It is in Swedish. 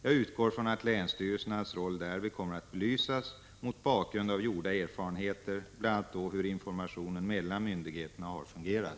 Jag utgår från att länsstyrelsernas roll därvid kommer att belysas mot bakgrund av gjorda erfarenheter, bl.a. då hur informationen mellan Fö myndigheterna har fungerat.